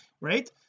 right